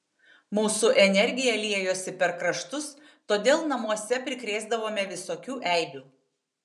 mūsų energija liejosi per kraštus todėl namuose prikrėsdavome visokių eibių